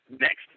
next